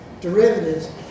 derivatives